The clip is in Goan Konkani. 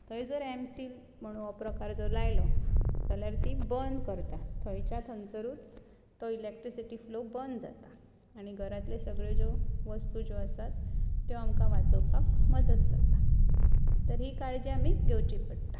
थंय जर एमसील म्हण हो प्रकार जर लायलो जाल्यार ती बंद करता थंयच्या थंयसरूच तो इलॅकट्रिक फ्लो बंद जाता आनी घरांतल्यो सगळ्यो ज्यो वस्तू ज्यो आसात त्यो आमकां वांचोवपाक मदत जाता तर ही काळजी आमी घेवची पडटा